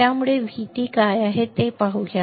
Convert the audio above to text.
त्यामुळे VT काय आहे ते पाहूया